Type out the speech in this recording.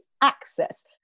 access